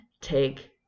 take